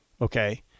Okay